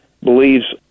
believes